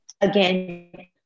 Again